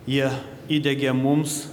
jie įdiegė mums